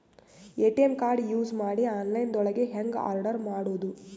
ATM card use ಮಾಡಿ online ದೊಳಗೆ ಹೆಂಗ್ ಆರ್ಡರ್ ಮಾಡುದು?